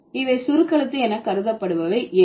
இவை சுருக்கெழுத்து என கருதப்படுபவை ஏன்